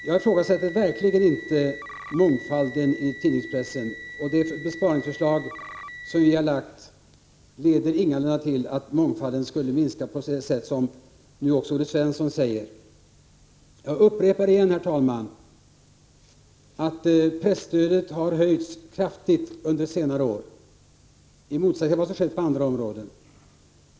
Jag ifrågasätter verkligen inte mångfalden i pressen. Det besparingsförslag som vi har lagt fram leder ingalunda till att mångfalden skulle minska på det sätt som nu också Olle Svensson hävdar. Herr talman! Jag upprepar igen att presstödet i motsats till vad som skett på andra områden har höjts kraftigt under senare år.